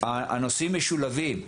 הנושאים משולבים.